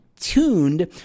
tuned